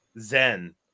zen